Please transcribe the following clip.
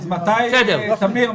טמיר,